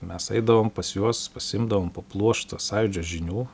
mes eidavom pas juos pasiimdavom po pluoštą sąjūdžio žinių